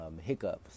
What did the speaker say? hiccups